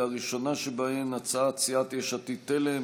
והראשונה שבהן הצעת סיעת יש עתיד-תל"ם,